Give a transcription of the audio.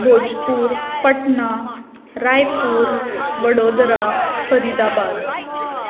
Bhojpur Patna Raipur Vadodara Faridabad